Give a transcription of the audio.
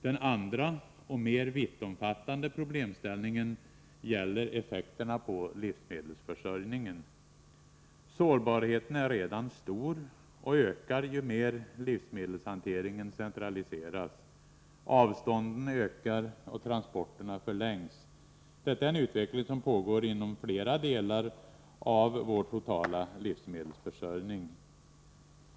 Den andra och mer vittomfattande problemställningen gäller effekterna på livsmedelsförsörjningen. Sårbarheten är redan stor och ökar ju mer livsmedelshanteringen centraliseras. Avstånden ökar och transporterna förlängs. Detta är en utveckling som pågår inom flera delar av vår totala livsmedelsförsörjning.